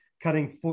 cutting